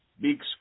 big